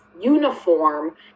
uniform